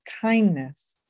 Kindness